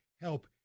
help